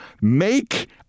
make